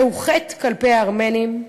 זהו חטא כלפי הארמנים.